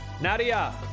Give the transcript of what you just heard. Nadia